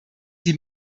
die